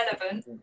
relevant